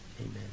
Amen